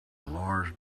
lars